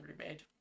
remade